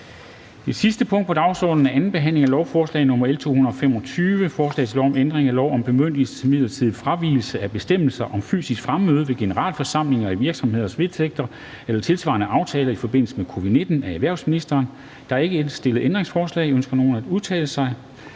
Det sidste punkt på dagsordenen er: 4) 2. behandling af lovforslag nr. L 225: Forslag til lov om ændring af lov om bemyndigelse til midlertidig fravigelse af bestemmelser om fysisk fremmøde ved generalforsamling i virksomheders vedtægter eller tilsvarende aftaler i forbindelse med covid-19. (Bemyndigelse til midlertidig udskydelse